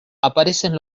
aparecen